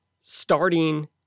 starting